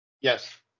Yes